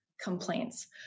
complaints